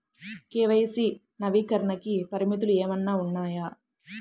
KYC నవీకరణకి పరిమితులు ఏమన్నా ఉన్నాయా?